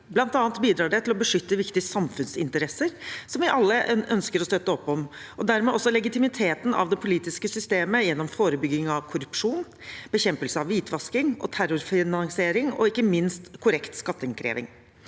(samleproposisjon) det til å beskytte viktige samfunnsinteresser, som vi alle ønsker å støtte opp om, og dermed også legitimiteten til det politiske systemet gjennom forebygging av korrupsjon, bekjempelse av hvitvasking og terrorfinansiering, og ikke minst korrekt skatteinnkreving.